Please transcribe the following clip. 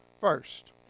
first